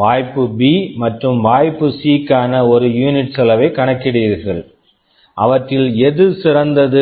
வாய்ப்பு B மற்றும் வாய்ப்பு C க்கான ஒரு யூனிட் unit செலவை கணக்கிடுகிறீர்கள் அவற்றில் எது சிறந்தது